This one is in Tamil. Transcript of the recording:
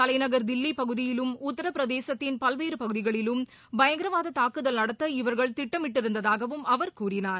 தலைநகர் தில்லிபகுதியிலும் உத்தரபிரதேசத்தின் பல்வேறுபகுதிகளிலும் பயங்கரவாததாக்குதல் நடத்த இவர்கள் திட்டமிட்டிருந்ததாகவும் அவர் கூறினார்